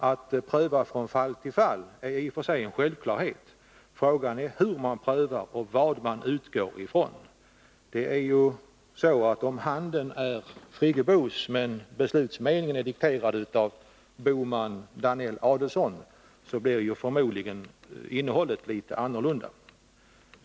Att pröva från fall till fall är i och för sig en självklarhet. Frågan är hur man prövar och vad man utgår ifrån. Om handen som undertecknar är Birgit Friggebos men beslutsmeningen är dikterad av herrarna Bohman, Danell och Adelsohn, blir förmodligen innehållet litet annat.